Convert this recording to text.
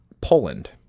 Poland